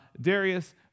Darius